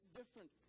different